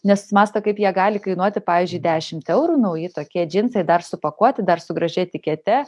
nesusimąsto kaip jie gali kainuoti pavyzdžiui dešimt eurų nauji tokie džinsai dar supakuoti dar su gražia etikete